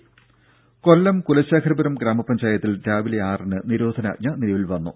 ദേദ കൊല്ലം കുലശേഖരപുരം ഗ്രാമപഞ്ചായത്തിൽ രാവിലെ ആറിന് നിരോധനാജ്ഞ നിലവിൽ വന്നു